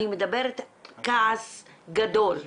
כעס גדול,